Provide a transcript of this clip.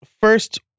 first